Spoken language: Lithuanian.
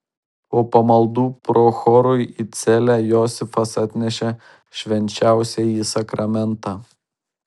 po pamaldų prochorui į celę josifas atnešė švenčiausiąjį sakramentą